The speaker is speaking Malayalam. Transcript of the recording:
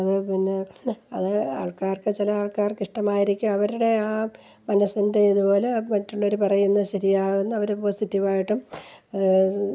അതു പിന്നെ അത് ആൾക്കാർക്കു ചില ആൾക്കാർക്ക് ഇഷ്ടമായിരിക്കും അവരുടെ ആ മനസ്സിൻ്റെ ഇതുപോലെ മറ്റുള്ളവർ പറയുന്നത് ശരിയാകുന്നു അവർ പോസിറ്റീവായിട്ടും ആര്